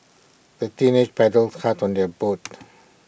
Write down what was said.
the teenagers paddled hard on their boat